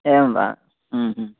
एवं वा ह्म् ह्म्